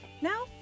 Now